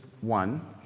one